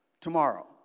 tomorrow